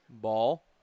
Ball